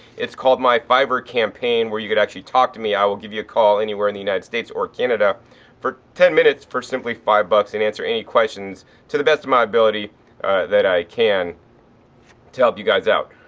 it's called my fiverr campaign where you could actually talk to me. i will give you a call anywhere in the united states or canada for ten minutes for simply five bucks and answer any questions to the best of my ability that i can to help you guys out.